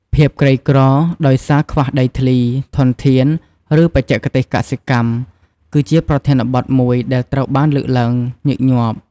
ភាពក្រីក្រ ដោយសារខ្វះដីធ្លី ធនធាន ឬបច្ចេកទេសកសិកម្ម គឺជាប្រធានបទមួយដែលត្រូវបានលើកឡើងញឹកញាប់។